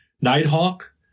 Nighthawk